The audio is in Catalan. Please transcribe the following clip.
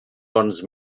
bons